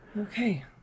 Okay